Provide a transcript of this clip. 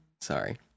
sorry